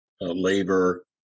labor